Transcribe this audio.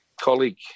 colleague